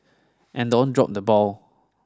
and don't drop the ball